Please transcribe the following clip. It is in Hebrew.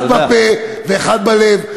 אחד בפה ואחד בלב.